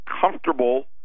comfortable